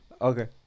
Okay